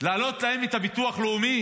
להעלות להם את הביטוח הלאומי?